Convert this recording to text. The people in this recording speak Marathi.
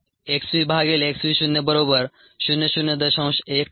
xvxv0 0 0